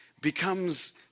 becomes